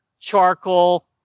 charcoal